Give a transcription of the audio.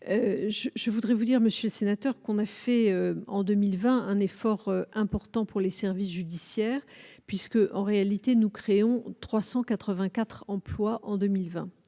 je voudrais vous dire monsieur le sénateur, qu'on a fait en 2020, un effort important pour les services judiciaires puisque, en réalité, nous créons 384 emplois en 2020,